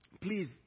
please